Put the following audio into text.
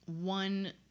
one